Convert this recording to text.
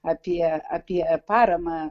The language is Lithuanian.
apie apie paramą